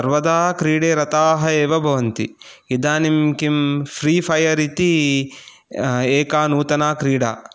सर्वदा क्रीडे रताः एव भवन्ति इदनीं किं फ़्री फायर् इति एका नूतना क्रीडा